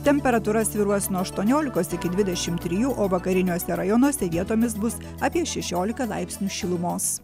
temperatūra svyruos nuo aštuoniolikos iki dvidešim trijų o vakariniuose rajonuose vietomis bus apie šešiolika laipsnių šilumos